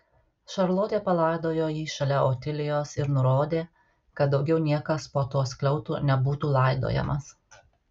šarlotė palaidojo jį šalia otilijos ir nurodė kad daugiau niekas po tuo skliautu nebūtų laidojamas